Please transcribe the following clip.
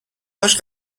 هاش